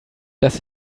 dass